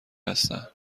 هستن